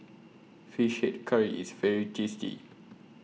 Fish Head Curry IS very tasty